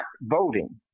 voting